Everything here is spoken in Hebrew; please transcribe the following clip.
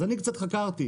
אז אני קצת חקרתי.